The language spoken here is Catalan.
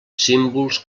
símbols